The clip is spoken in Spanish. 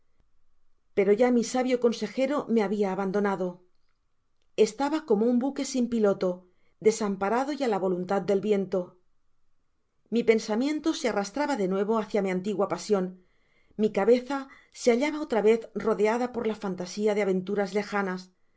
pero ya mi sabio consejero me habia abandonado estaba como un buque sin piloto desamparado y á la voluntad del viento mi pensamiento se arrastraba de nuevo hácia mi antigua pasion mi cabeza se hallaba otra vez rodeada por la fantasia de aventuras lejanas